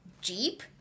Jeep